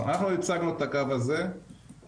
אנחנו הצגנו את הקו הזה ברור.